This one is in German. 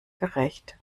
gerecht